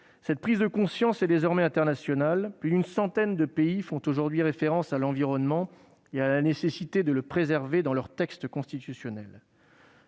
Cette prise de conscience est désormais internationale, et plus d'une centaine de pays font aujourd'hui référence à l'environnement et à la nécessité de le préserver dans leur texte constitutionnel.